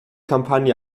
kampagne